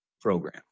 program